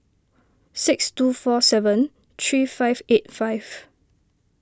six two four seven three five eight five